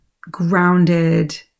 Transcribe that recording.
grounded